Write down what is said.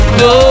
no